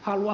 all